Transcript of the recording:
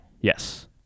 Yes